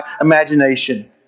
imagination